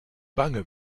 bange